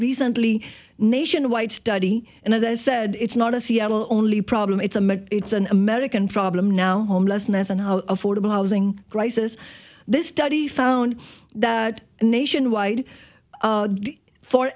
recently nationwide study and as i said it's not a seattle only problem it's a it's an american problem now homelessness and affordable housing crisis this study found that nationwide